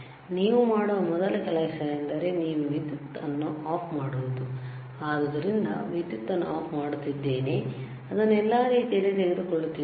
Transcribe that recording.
ನೀವು ಮಾಡುವ ಮೊದಲ ಕೆಲಸವೆಂದರೆ ನೀವು ವಿದ್ಯುತ್ ಅನ್ನು ಆಫ್ ಮಾಡುವುದು ಆದ್ದರಿಂದ ನಾನು ವಿದ್ಯುತ್ ಅನ್ನು ಆಫ್ ಮಾಡುತ್ತಿದ್ದೇನೆ ನಾನು ಅದನ್ನು ಎಲ್ಲಾ ರೀತಿಯಲ್ಲಿ ತೆಗೆದುಕೊಳ್ಳುತ್ತಿದ್ದೇನೆ